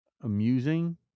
amusing